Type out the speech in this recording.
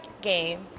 Game